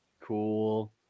Cool